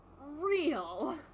Real